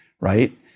right